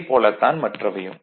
இதைப் போலத் தான் மற்றவையும்